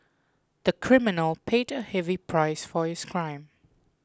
the criminal paid a heavy price for his crime